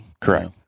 correct